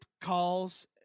calls